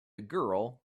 girl